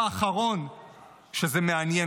והאחרונים שזה מעניין